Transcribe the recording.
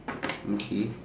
mm K